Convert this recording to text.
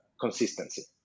consistency